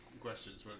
questions